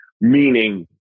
meaning